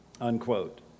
unquote